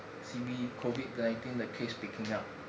C_B COVID nineteen 的 case picking up